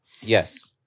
Yes